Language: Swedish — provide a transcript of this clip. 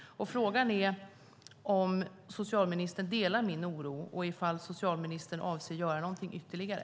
Frågan är om socialministern delar min oro och ifall socialministern avser att göra någonting ytterligare.